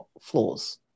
flaws